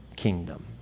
kingdom